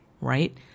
right